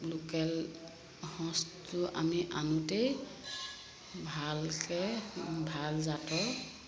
local সঁচটো আমি আনোতেই ভালকে ভাল জাতৰ